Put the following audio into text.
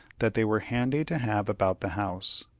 that they were handy to have about the house.